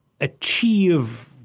achieve